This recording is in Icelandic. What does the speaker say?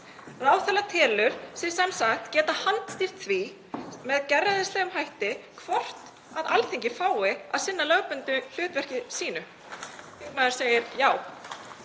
Ráðherrann telur sig sem sagt geta handstýrt því með gerræðislegum hætti hvort Alþingi fái að sinna lögbundnu hlutverki sínu. Þingmaður segir já.